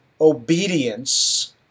obedience